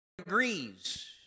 agrees